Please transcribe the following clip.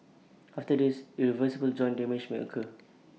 after this irreversible joint damage may occur